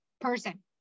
person